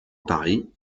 paris